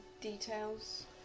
details